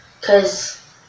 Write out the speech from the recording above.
Cause